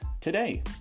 today